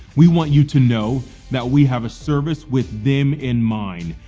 we want you to know that we have a service with them in mind,